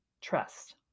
trust